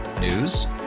News